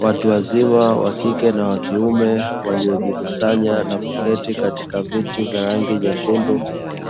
Watu wazima wa kike na wa kiume waliojikusanya na kuketi katika viti vya rangi nyekundu,